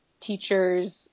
teachers